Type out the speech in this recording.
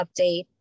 update